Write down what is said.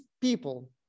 people